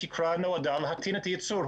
התקרה נועדה להקטין את הייצור.